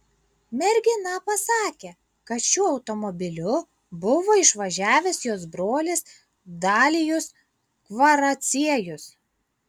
mergina pasakė kad šiuo automobiliu buvo išvažiavęs jos brolis dalijus kvaraciejus